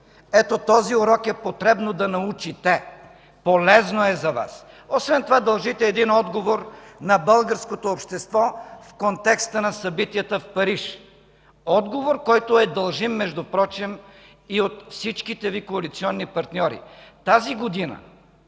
Ето този урок е потребно да научите! Полезно е за Вас! Освен това дължите отговор на българското общество в контекста на събитията в Париж, отговор, който е дължим, впрочем, и от всичките Ви коалиционни партньори. Тази година,